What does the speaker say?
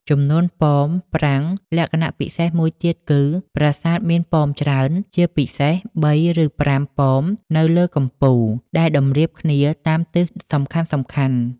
ចំនួនប៉ម ប្រាង្គលក្ខណៈពិសេសមួយទៀតគឺ ប្រាសាទមានប៉មច្រើន ជាពិសេស ៣ ឬ ៥ ប៉មនៅលើកំពូល ដែលតម្រៀបគ្នាតាមទិសសំខាន់ៗ។